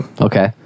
Okay